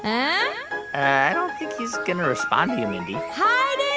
um i don't think he's going to respond to you, mindy um ah